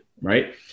right